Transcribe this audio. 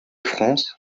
france